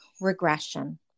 regression